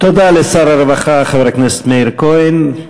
תודה לשר הרווחה, חבר הכנסת מאיר כהן.